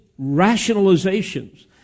rationalizations